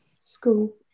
School